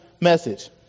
message